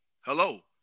hello